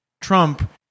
Trump